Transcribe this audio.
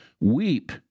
weep